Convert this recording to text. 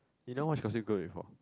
you never watch Gossip Girl before